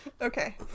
Okay